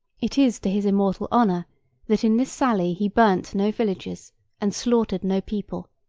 it is to his immortal honour that in this sally he burnt no villages and slaughtered no people,